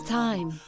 time